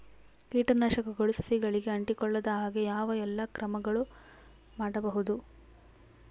ಕೇಟನಾಶಕಗಳು ಸಸಿಗಳಿಗೆ ಅಂಟಿಕೊಳ್ಳದ ಹಾಗೆ ಯಾವ ಎಲ್ಲಾ ಕ್ರಮಗಳು ಮಾಡಬಹುದು?